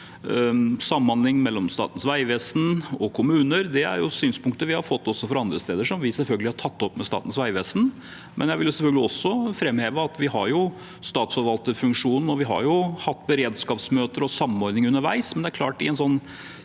samhandling mellom Statens vegvesen og kommuner er synspunkter vi også har fått fra andre steder, og som vi selvfølgelig har tatt opp med Statens vegvesen. Jeg vil selvfølgelig også framheve at vi har statsforvalterfunksjonen, og vi har hatt beredskapsmøter og samordning underveis, men det er klart at i en så